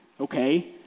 Okay